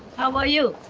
how about you?